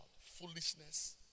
foolishness